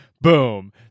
Boom